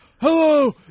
Hello